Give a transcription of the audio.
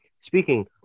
Speaking